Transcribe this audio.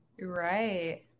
right